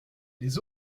les